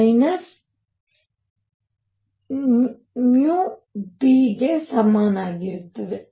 B ಗೆ ಸಮನಾಗಿರುತ್ತದೆ